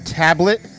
tablet